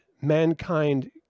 mankind